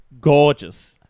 gorgeous